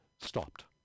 stopped